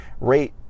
rate